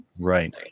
Right